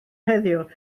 heddiw